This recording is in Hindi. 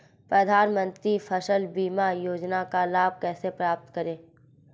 प्रधानमंत्री फसल बीमा योजना का लाभ कैसे प्राप्त करें?